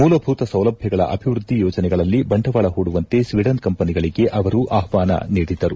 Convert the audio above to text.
ಮೂಲಭೂತ ಸೌಲಭ್ಯಗಳ ಅಭಿವೃದ್ಧಿ ಯೋಜನೆಗಳಲ್ಲಿ ಬಂಡವಾಳ ಹೂಡುವಂತೆ ಸ್ವೀಡನ್ ಕಂಪನಿಗಳಿಗೆ ಅವರು ಆಹ್ವಾನ ನೀಡಿದರು